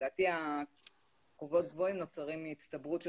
לדעתי חובות גבוהים נוצרים מהצטברות של